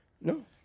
No